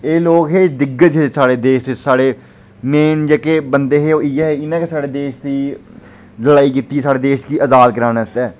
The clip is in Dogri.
एह् लोक हे दिग्गज हे साढ़े देश दे साढ़े मेन जेह्के बंदे हे ओह् इ'यै ऐ इ'नें गै साढ़े देश दी लड़ाई कीती ही साढ़े देश गी अजाद कराने आस्तै